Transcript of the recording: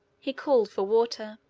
he called for water.